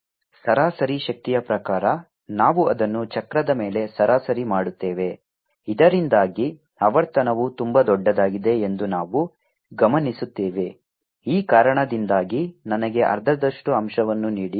ಸರಾಸರಿ ಶಕ್ತಿಯ ಪ್ರಕಾರ ನಾವು ಅದನ್ನು ಚಕ್ರದ ಮೇಲೆ ಸರಾಸರಿ ಮಾಡುತ್ತೇವೆ ಇದರಿಂದಾಗಿ ಆವರ್ತನವು ತುಂಬಾ ದೊಡ್ಡದಾಗಿದೆ ಎಂದು ನಾವು ಗಮನಿಸುತ್ತೇವೆ ಈ ಕಾರಣದಿಂದಾಗಿ ನನಗೆ ಅರ್ಧದಷ್ಟು ಅಂಶವನ್ನು ನೀಡಿ